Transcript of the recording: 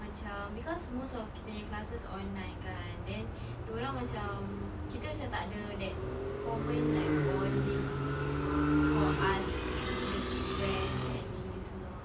macam cause most of kita nya classes online kan then dorang macam kita macam tak ada that common like bonding for us to make friends and ni ni semua